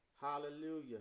Hallelujah